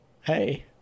hey